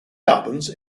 albums